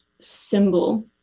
symbol